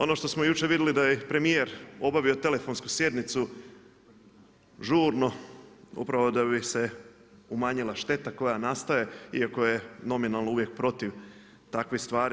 Ono što smo jučer vidjeli da je premijer obavio telefonsku sjednicu žurno, upravo da bi se umanjila šteta koja nastaje iako je nominalno uvijek protiv takvih stvari.